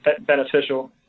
beneficial